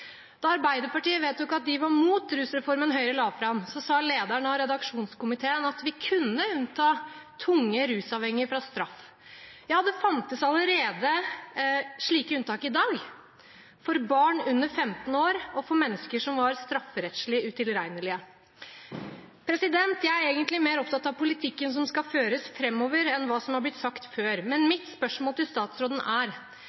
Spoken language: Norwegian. Da Arbeiderpartiet vedtok at de var mot rusreformen Høyre la fram, sa lederen av redaksjonskomiteen at vi kunne unnta tungt rusavhengige fra straff, ja, det fantes allerede slike unntak i dag, for barn under 15 år og for mennesker som var strafferettslig utilregnelige. Jeg er egentlig mer opptatt av politikken som skal føres framover, enn hva som har blitt sagt før, men mitt spørsmål til statsråden er: